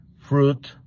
fruit